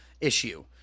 issue